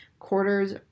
Quarters